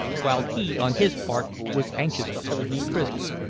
while he, on his part, was anxious to hold me prisoner,